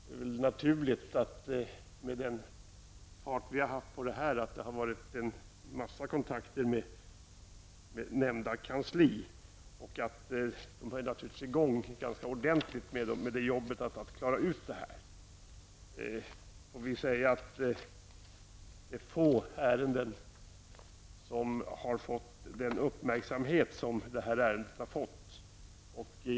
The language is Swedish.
Det är väl klart att med den fart som vi har behandlat det här ärendet har vi haft en hel del kontakter med nämnda kansli och att man där är i gång med att klara jobbet. Det är få ärenden som har fått sådan uppmärksamhet som det här ärendet har fått.